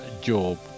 Job